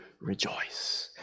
rejoice